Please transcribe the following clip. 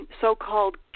so-called